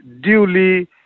duly